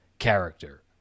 character